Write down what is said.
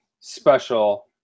special